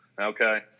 Okay